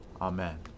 Amen